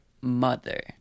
Mother